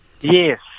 Yes